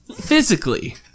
physically